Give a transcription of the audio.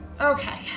Okay